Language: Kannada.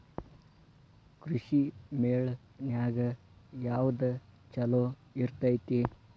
ಕೃಷಿಮೇಳ ನ್ಯಾಗ ಯಾವ್ದ ಛಲೋ ಇರ್ತೆತಿ?